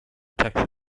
texas